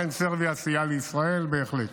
אכן, סרביה סייעה לישראל בהחלט.